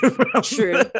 true